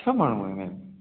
छह माण्हू आहियूं मैम